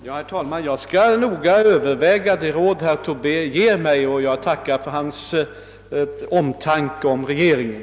Herr talman! Jag skall noga överväga det råd som herr Tobé ger mig, och jag tackar för hans omtanke om regeringen.